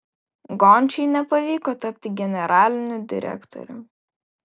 gončiui nepavyko tapti generaliniu direktoriumi